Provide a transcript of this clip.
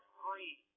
three